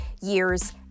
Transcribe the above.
years